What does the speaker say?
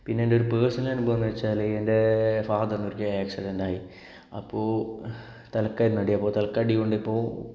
പിന്നെ എൻ്റെ ഒരു പേർസണൽ അനുഭവംന്ന് വച്ചാല് എൻ്റെ ഫാദറിന് ഒരിക്ക ആക്സിഡെന്റ് ഇണ്ടായി അപ്പോ തലക്കായിരുന്നു അടി അപ്പോ തലക്കടി കൊണ്ടപ്പോ